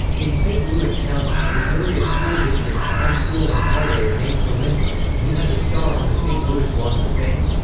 in st. louis county, missouri a school district, high school and highway are named for lindbergh, and he has a star on the st. louis walk of fame.